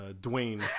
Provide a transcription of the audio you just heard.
Dwayne